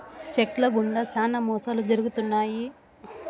check ల గుండా శ్యానా మోసాలు జరుగుతున్నాయి